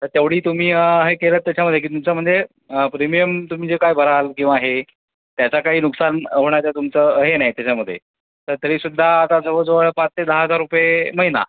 तर तेवढी तुम्ही हे केलंंत त्याच्यामध्ये की तुमचं म्हणजे प्रीमियम तुम्ही जे काय भराल किंवा हे त्याचं काही नुकसान होण्याचं तुमचं हे नाही त्याच्यामध्ये तर तरीसुद्धा आता जवळजवळ पाच ते दहा हजार रुपये महिना